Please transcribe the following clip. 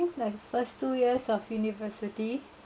like first two years of university